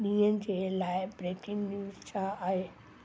ॾींहुं जे लाइ ब्रेकिंग न्यूज़ छा आहे